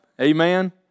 Amen